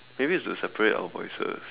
maybe it's to separate our voices